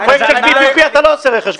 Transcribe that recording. בפרויקט של PPP אתה לא עושה רכש גומלין.